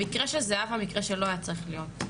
המקרה של זהבה זה מקרה שלא היה צריך להיות.